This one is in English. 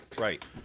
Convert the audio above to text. Right